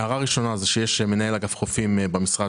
הערה ראשונה היא שיש מנהל אגף חופים במשרד